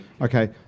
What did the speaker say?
Okay